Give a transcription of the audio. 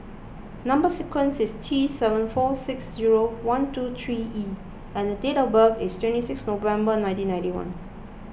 Number Sequence is T seven four six zero one two three E and date of birth is twenty six November nineteen ninety one